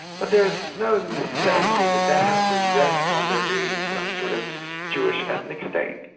but there's no necessity that that has to rest on there being some sort of jewish ethnic state.